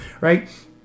right